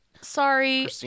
Sorry